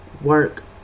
work